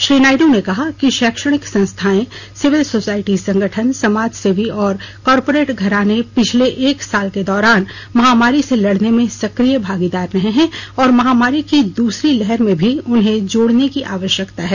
श्री नायडू ने कहा कि शैक्षणिक संस्थाएं सिविल सोसायटी संगठन समाज सेवी और कॉरपोरेट घराने पिछले एक साल के दौरान महामारी से लड़ने में सक्रिय भागीदार रहे हैं और महामारी की दूसरी लहर में भी उन्हें जोड़ने की आवश्यकता है